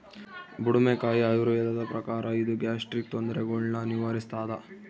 ಬುಡುಮೆಕಾಯಿ ಆಯುರ್ವೇದದ ಪ್ರಕಾರ ಇದು ಗ್ಯಾಸ್ಟ್ರಿಕ್ ತೊಂದರೆಗುಳ್ನ ನಿವಾರಿಸ್ಥಾದ